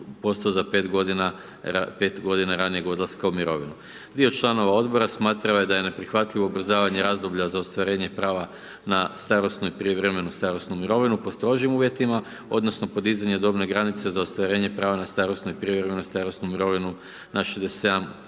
18% za 5 godina ranijeg odlaska u mirovinu. Dio članova Odbora, smatrao je da je neprihvatljivo ubrzavanje razdoblja za ostvarenje prava na starosnu i prijevremenu starosnu mirovinu po strožim uvjetima, odnosno podizanje dobne granice za ostvarenje prava na starosnu i prijevremenu starosnu mirovinu na 67